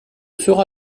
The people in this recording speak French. sera